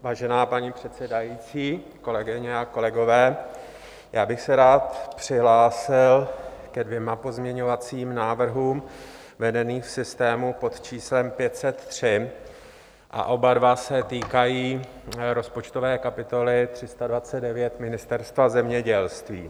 Vážená paní předsedající, kolegyně a kolegové, já bych se rád přihlásil ke dvěma pozměňovacím návrhům vedeným v systému pod číslem 503 a oba dva se týkají rozpočtové kapitoly 329 Ministerstva zemědělství.